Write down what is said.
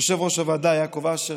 ליושב-ראש הוועדה יעקב אשר,